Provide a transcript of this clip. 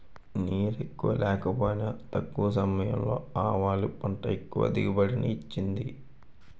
నీరెక్కువ లేకపోయినా తక్కువ సమయంలో ఆవాలు పంట ఎక్కువ దిగుబడిని ఇచ్చింది